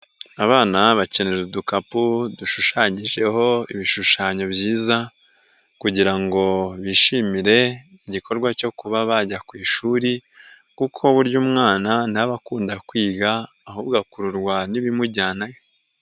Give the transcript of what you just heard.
Abana bakeneyera udukapu dushushanyijeho ibishushanyo byiza, kugira ngo bishimire igikorwa cyo kuba bajya ku ishuri, kuko burya umwana ntaba akunda kwiga ahubwo akururwa n'ibimujyanayo.